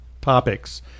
topics